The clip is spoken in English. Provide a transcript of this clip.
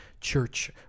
church